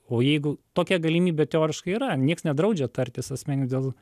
o jeigu tokia galimybė teoriškai yra nieks nedraudžia tartis asmenim dėl